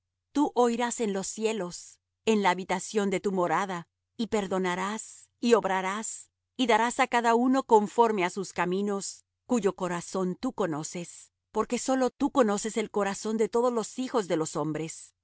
tú oirás en los cielos en la habitación de tu morada y perdonarás y obrarás y darás á cada uno conforme á sus caminos cuyo corazón tú conoces porque sólo tú conoces el corazón de todos los hijos de los hombres para que te teman todos los días que vivieren sobre